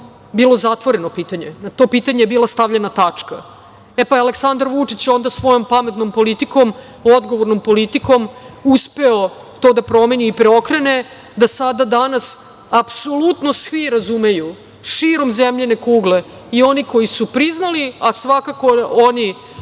bilo zatvoreno pitanje, na to pitanje je bila stavljena tačka.E, pa, Aleksandar Vučić je onda svojom pametnom politikom, odgovornom politikom, uspeo to da promeni i preokrene, da sada, danas, apsolutno svi razumeju širom zemljine kugle, i oni koji su priznali, a svakako i